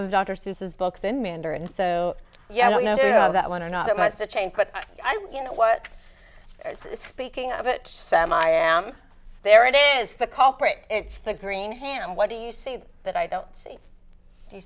seuss's books in mandarin so yeah i don't know that one are not that much to change but you know what speaking of it sam i am there it is the culprit it's the green hand what do you see that i don't see